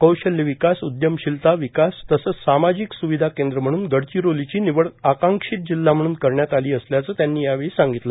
कौशल्य विकास उद्यमशिलता विकास तसंच सामाजिक स्विधा केंद्र म्हणून गडचिरोलीची निवड आंकाक्षित जिल्हा म्हणून करण्यात आलली असल्याचंही त्यांनी सांगितलं